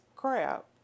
Crap